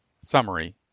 Summary